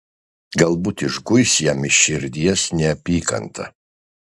galbūt išguis jam iš širdies neapykantą